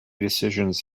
decisions